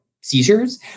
seizures